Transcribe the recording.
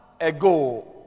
ago